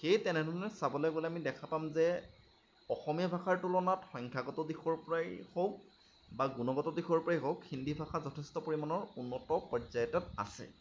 সেয়ে তেনেধৰণে চাবলৈ গ'লে আমি দেখা পাম যে অসমীয়া ভাষাৰ তুলনাত সংখ্যাগত দিশৰ পৰাই হওক বা গুণগত দিশৰ পৰাই হওক হিন্দী ভাষা যথেষ্ট পৰিমাণৰ উন্নত পৰ্যায় এটাত আছে